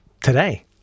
today